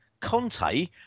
Conte